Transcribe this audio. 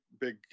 big